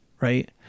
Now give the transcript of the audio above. right